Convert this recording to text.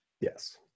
Yes